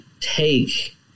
take